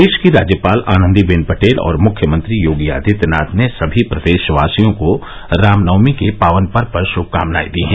प्रदेश की राज्यपाल आनन्दीबेन पटेल और मुख्यमंत्री योगी आदित्यनाथ ने सभी प्रदेशवासियों को रामनवमी के पावन पर्व पर शुभकामनाएं दी है